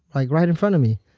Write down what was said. like right in front of me.